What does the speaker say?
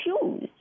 choose